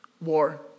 war